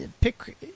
pick